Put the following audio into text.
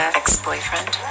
ex-boyfriend